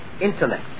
intellect